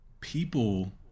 People